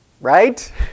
right